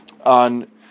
on